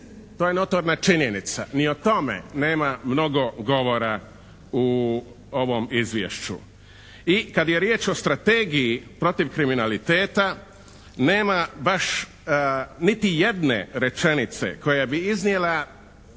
To je notorna činjenica, ni o tome nema mnogo govora u ovom Izvješću. I kad je riječ o strategiji protiv kriminaliteta nema baš niti jedne rečenice koja bi iznijela